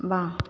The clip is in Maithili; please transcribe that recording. बाम